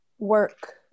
work